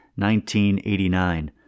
1989